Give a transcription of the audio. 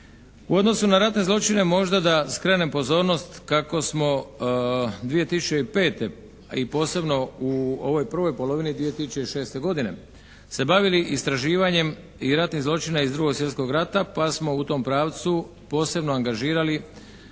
U odnosu na ratne zločine možda da skrenem pozornost kako smo 2005. i posebno u ovoj prvoj polovini 2006. godine se bavili istraživanjem i ratnih zločina iz 2. svjetskog rata pa smo u tom pravcu posebno angažirali